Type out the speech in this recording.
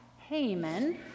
Haman